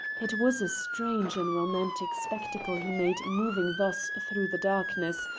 it was a strange and romantic spectacle he made moving thus through the darkness,